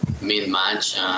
mid-match